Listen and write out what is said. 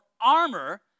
armor